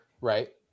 right